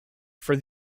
for